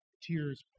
tears